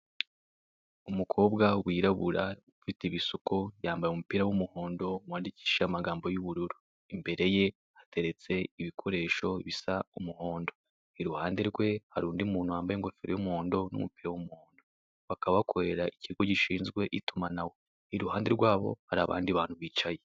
Umukobwa wirabura ufite ibisuko, yambaye umupira w'umuhondo wandikishije amagambo y'ubururu. Imbere ye hateretse ibikoresho bisa umuhondo. Iruhande rwe hari undi muntu wambaye ingofero y'umuhondo n'umupira w'umuhondo, bakaba bakorera ikigo gishinzwe itumanaho. Iruhande rwabo hari abandi bantu bicaye.